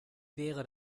wäre